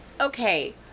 Okay